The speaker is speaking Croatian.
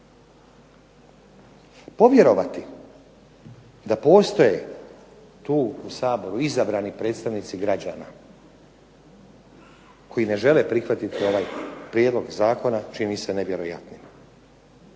Povjerovati da postoje tu u Saboru izabrani predstavnici građana koji ne žele prihvatiti ovaj prijedlog zakona čini se nevjerojatnim,